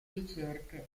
ricerche